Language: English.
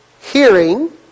hearing